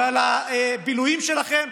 ועל הבילויים שלכם,